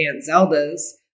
Zelda's